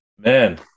Man